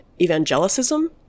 evangelicism